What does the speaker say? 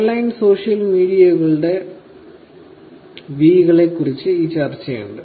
online social മീഡിയയുടെ 5 വികളെക്കുറിച്ച് ഈ ചർച്ചയുണ്ട്